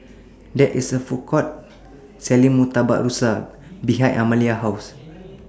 There IS A Food Court Selling Murtabak Rusa behind Amalia's House